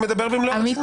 אני מדבר במלוא הרצינות.